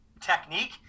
technique